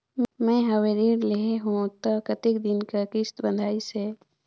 मैं हवे ऋण लेहे हों त कतेक दिन कर किस्त बंधाइस हे?